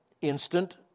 instant